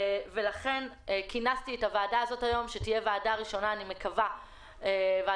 לכן כינסתי את הוועדה היום שזה הדיון הראשון שלה מתוך